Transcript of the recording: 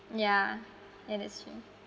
yeah and that's true